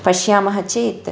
पश्यामः चेत्